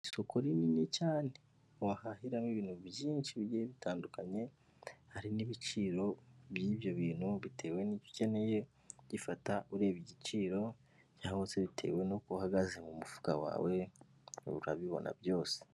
Isoko rinini cyane wahahiramo ibintu byinshi bigiye bitandukanye, hari n'ibiciro by'ibyo bintu bitewe n'ibyo ukeneye, ugifata ureba igiciro cyangwa se bitewe n'uko uhagaze mu mufuka wawe, urabibona byose.